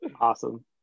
Awesome